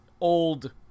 old